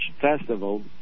festival